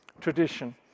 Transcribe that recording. tradition